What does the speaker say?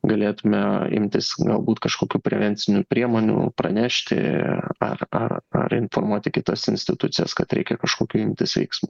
galėtume imtis galbūt kažkokių prevencinių priemonių pranešti ar ar ar informuoti kitas institucijas kad reikia kažkokių imtis veiksmų